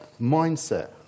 mindset